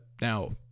now